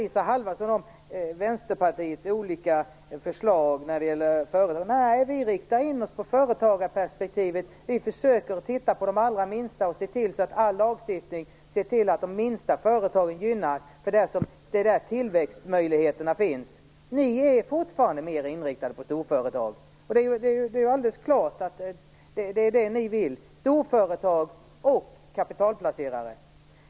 Isa Halvarsson tycker inte om Nej, vi riktar in oss på företagarperspektivet. Vi försöker titta på de allra minsta och se till så att all lagstiftning gynnar de minsta företagen, eftersom det är där tillväxtmöjligheterna finns. Ni är fortfarande mer inriktade på storföretag. Det är alldeles klart att det är det ni vill, att ni är inriktade på storföretag och kapitalplacerare.